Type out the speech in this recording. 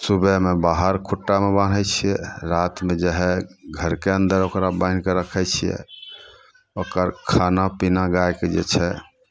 सुबहमे बाहर खुट्टामे बान्है छियै रातिमे जे हइ घरके अन्दर ओकरा बान्हि कऽ रखै छियै ओकर खाना पीना गायके जे छै